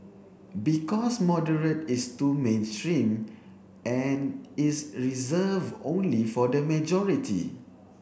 because moderate is too mainstream and is reserved only for the majority